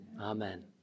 Amen